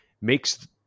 makes